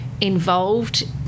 involved